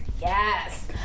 yes